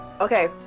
Okay